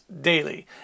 daily